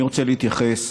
אני רוצה להתייחס,